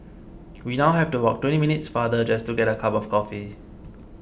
we now have to walk twenty minutes farther just to get a cup of coffee